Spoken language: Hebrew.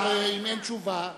תשובת השר, אם אין תשובה מצביעים,